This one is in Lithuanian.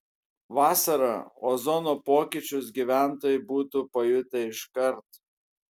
vasarą ozono pokyčius gyventojai būtų pajutę iškart